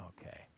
Okay